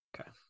okay